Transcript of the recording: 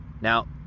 Now